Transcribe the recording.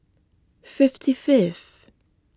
fifty fifth